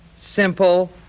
simple